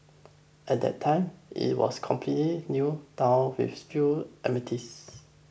at that time it was completely new town with few